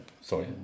Sorry